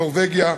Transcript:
נורבגיה,